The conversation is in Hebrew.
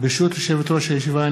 ברשות יושבת-ראש הישיבה,